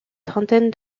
trentaine